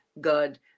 God